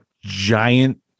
giant